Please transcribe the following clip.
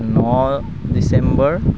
ন December